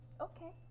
Okay